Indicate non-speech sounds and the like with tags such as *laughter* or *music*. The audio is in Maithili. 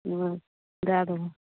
*unintelligible* दए देबऽ